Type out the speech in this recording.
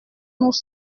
nous